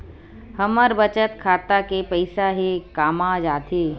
हमर बचत खाता के पईसा हे कामा जाथे?